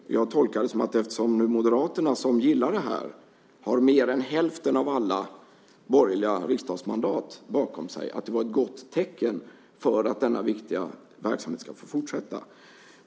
Jag har tolkat det som att eftersom Moderaterna, som gillar det här, har mer än hälften av alla borgerliga riksdagsmandat bakom sig, har det varit ett gott tecken på att denna viktiga verksamhet ska få fortsätta.